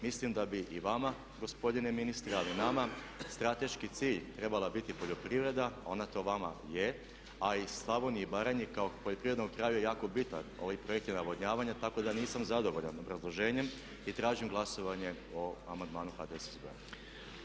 Mislim da bi i vama gospodine ministre ali i nama strateški cilj trebala bit poljoprivreda a ona to vama je a i Slavoniji i Baranji kao poljoprivrednom kraju je jako bitan ovi projekti navodnjavanja tako da nisam zadovoljan obrazloženjem i tražim glasovanje o amandmanu HDSSB-a.